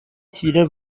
تیره